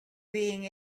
being